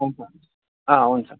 हुन्छ हुन्छ अँ हुन्छ